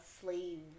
slave